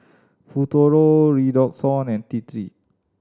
Futuro Redoxon and T Three